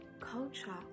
culture